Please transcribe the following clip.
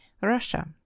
Russia